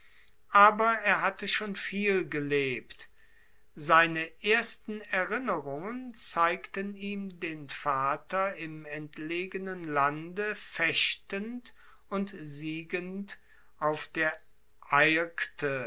aber er hatte schon viel gelebt seine ersten erinnerungen zeigten ihm den vater im entlegenen lande fechtend und siegend auf der